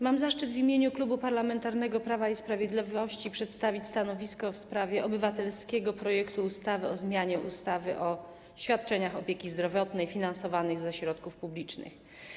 Mam zaszczyt w imieniu Klubu Parlamentarnego Prawo i Sprawiedliwość przedstawić stanowisko w sprawie obywatelskiego projektu ustawy o zmianie ustawy o świadczeniach opieki zdrowotnej finansowanych ze środków publicznych.